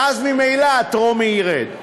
ואז ממילא הטרומי ירד.